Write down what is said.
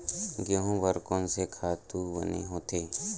गेहूं बर कोन से खातु बने होथे?